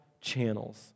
channels